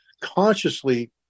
consciously